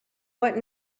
what